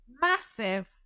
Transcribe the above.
massive